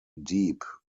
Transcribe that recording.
deep